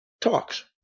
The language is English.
talks